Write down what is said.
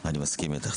מסכים איתך.